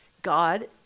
God